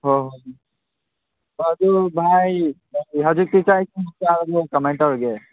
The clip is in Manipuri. ꯍꯣ ꯍꯣꯏ ꯍꯣ ꯑꯗꯨ ꯚꯥꯏ ꯍꯧꯖꯤꯛꯇꯤ ꯆꯥꯛ ꯏꯁꯤꯡ ꯆꯥꯔꯕ꯭ꯔꯣ ꯀꯃꯥꯏ ꯇꯧꯔꯒꯦ